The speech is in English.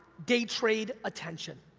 day trade attention.